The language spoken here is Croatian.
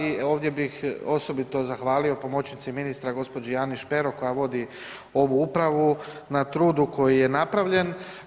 I ovdje bih osobito zahvalio pomoćnici ministra gospođi Ani Špero koja vodi ovu upravu na trudu koji je napravljen.